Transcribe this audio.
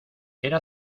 era